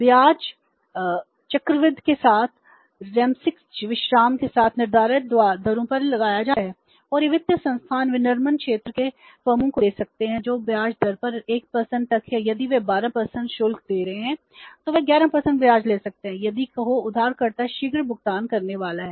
ब्याज त्रैमासिक चक्रवृद्धि के साथ त्रैमासिक विश्राम के साथ निर्धारित दरों पर लगाया जाता है और ये वित्तीय संस्थान विनिर्माण क्षेत्र की फर्मों को दे सकते हैं जो ब्याज दर में 1 तक है यदि वे 12 शुल्क ले रहे हैं तो वे 11 ब्याज ले सकते हैं यदि कहो उधारकर्ता शीघ्र भुगतान करने वाला है